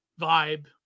vibe